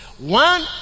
One